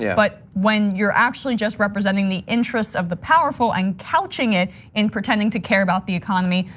but when you're actually just representing the interests of the powerful and couching it in pretending to care about the economy,